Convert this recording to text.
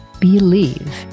believe